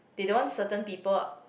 they don't want certain people